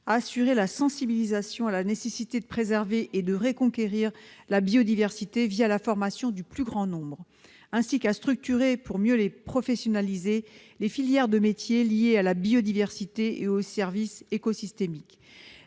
à assurer la sensibilisation à la nécessité de préserver et de reconquérir la biodiversité la formation du plus grand nombre, ainsi qu'à structurer, pour mieux les professionnaliser, les filières de métiers liés à la biodiversité et aux services écosystémiques.